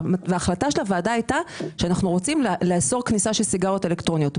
וההחלטה של הוועדה הייתה שרוצים לאסור כניסה של סיגריות אלקטרוניות.